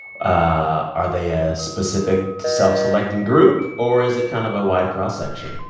ah are they a specific, self-selecting group, or is it kind of a wide cross-section?